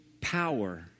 power